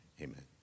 amen